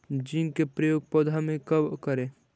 Zinc के प्रयोग पौधा मे कब करे?